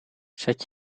zet